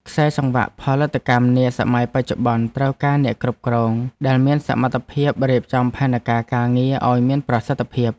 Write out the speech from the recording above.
ខ្សែសង្វាក់ផលិតកម្មនាសម័យបច្ចុប្បន្នត្រូវការអ្នកគ្រប់គ្រងដែលមានសមត្ថភាពរៀបចំផែនការការងារឱ្យមានប្រសិទ្ធភាព។